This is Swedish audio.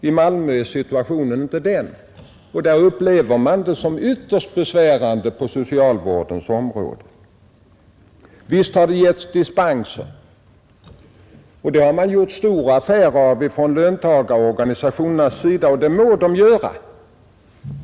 I Malmö är situationen en annan, och på socialvårdens område har stora svårigheter uppstått. Det har visserligen getts dispenser, och från löntagarorganisationernas sida har det gjorts stor affär av detta — och det må man från det hållet göra.